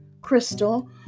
crystal